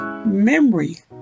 memory